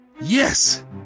Yes